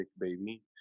baby